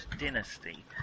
Dynasty